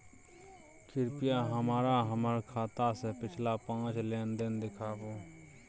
कृपया हमरा हमर खाता से पिछला पांच लेन देन देखाबु